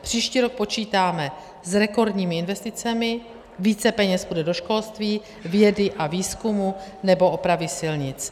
Příští rok počítáme s rekordními investicemi, více peněz půjde do školství, vědy a výzkumu nebo opravy silnic.